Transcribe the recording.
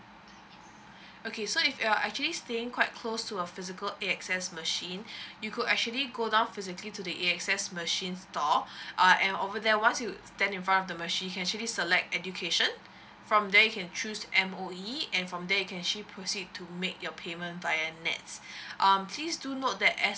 okay so if you are actually staying quite close to a physical A X S machine you could actually go down physically to the A X S machines store uh and over there once you stand in front of the machine you can actually select education from there you can choose M_O_E and from there you can actually proceed to make your payment via nets um please do note that as